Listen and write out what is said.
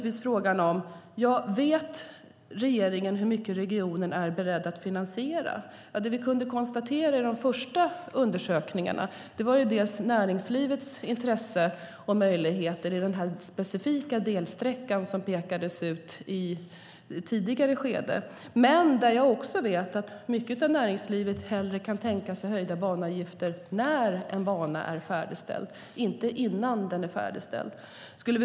Vet regeringen hur mycket regionen är beredd att finansiera? I de första undersökningarna kunde vi konstatera näringslivets intresse och möjligheter när det gäller den delsträcka som pekades ut i ett tidigare skede. Mycket av näringslivet kan tänka sig höjda banavgifter när en bana är färdigställd, inte innan den är färdigställd.